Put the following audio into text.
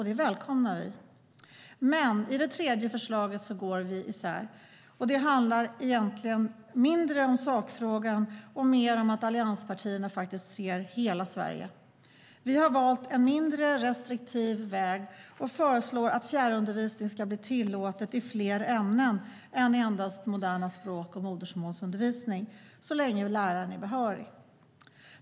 Det välkomnar vi. Men i det tredje förslaget går vi isär. Det handlar egentligen mindre om sakfrågan och mer om att allianspartierna ser hela Sverige. Vi har valt en mindre restriktiv väg och föreslår att fjärrundervisning ska bli tillåtet i fler ämnen än endast moderna språk och modersmålsundervisning så länge läraren är behörig.